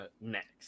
next